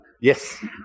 yes